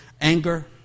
anger